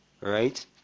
Right